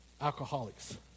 alcoholics